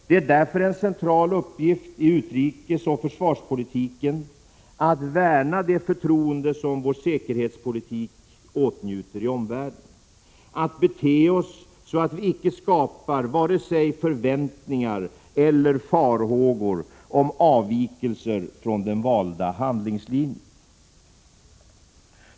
Det är därför en central uppgift i utrikesoch försvarspolitiken att värna det förtroende som vår säkerhetspolitik åtnjuter i omvärlden, att bete oss så att vi icke skapar vare sig förväntningar eller farhågor om avvikelser från den valda handlingslinjen.